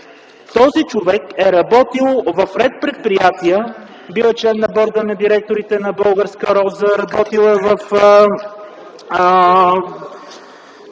Този човек е работил в ред предприятия – бил е член на Борда на директорите на „Българска роза”, бил е